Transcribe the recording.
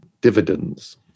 dividends